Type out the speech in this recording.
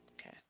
okay